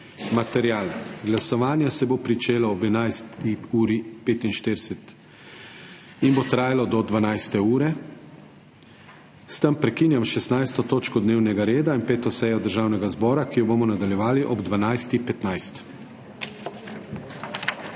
material. Glasovanje se bo začelo ob 11. uri 45 in bo trajalo do 12. ure. S tem prekinjam 16. točko dnevnega reda in 4. sejo Državnega zbora, ki jo bomo nadaljevali ob 12.15.